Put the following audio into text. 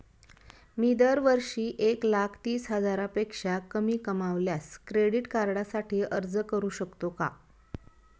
मी दरवर्षी एक लाख तीस हजारापेक्षा कमी कमावल्यास क्रेडिट कार्डसाठी अर्ज करू शकतो का?